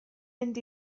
mynd